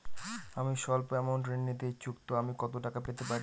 আমি সল্প আমৌন্ট ঋণ নিতে ইচ্ছুক তো আমি কত টাকা পেতে পারি?